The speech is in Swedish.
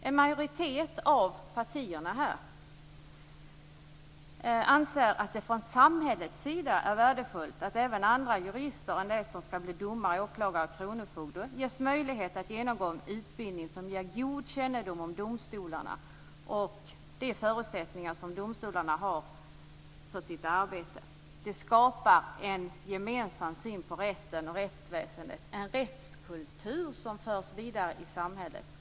En majoritet av partierna här anser att det från samhällets sida är värdefullt att även andra jurister än de som skall bli domare, åklagare och kronofogde ges möjlighet att genomgå en utbildning som ger god kännedom om domstolarna och de förutsättningar som domstolarna har för sitt arbete. Det skapar en gemensam syn på rätten och rättsväsendet - en rättskultur som förs vidare i samhället.